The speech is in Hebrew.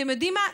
אתם יודעים מה,